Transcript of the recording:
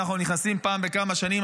שאנחנו מכניסים פעם בכמה שנים,